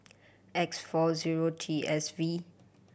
X four zero T S V